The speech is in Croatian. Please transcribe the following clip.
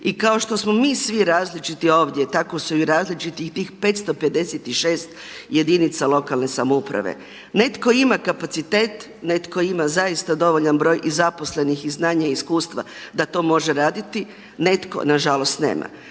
I kao što smo mi svi različiti ovdje tako su i različite i tih 556 jedinica lokalne samouprave. Netko ima kapacitet, netko ima zaista broj i zaposlenih, i znanja i iskustva da to može raditi, netko nažalost nema.